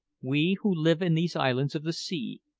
we, who live in these islands of the sea,